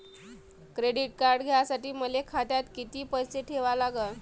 Credit card घ्यासाठी मले खात्यात किती पैसे ठेवा लागन?